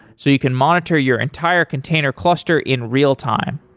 so you can monitor your entire container cluster in real-time.